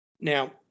Now